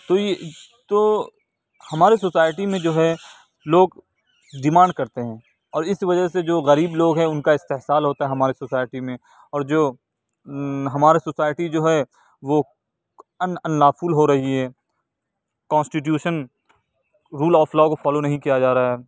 تو یہ تو ہماری سوسائٹی میں جو ہے لوگ ڈیمانڈ کرتے ہیں اور اس وجہ سے جو غریب لوگ ہیں ان کا استحصال ہوتا ہے ہماری سوسائٹی میں اور جو ہمارا سوسائٹی جو ہے وہ ان ان لاء فل ہو رہی ہے کانسٹیٹیوشن رول آف لاء کو فالو نہیں کیا جا رہا ہے